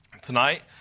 Tonight